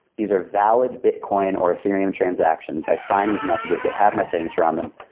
these are valid bitcoin or ethereum transactions. i sign these messages, they have my signature on them.